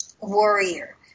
warrior